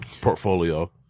portfolio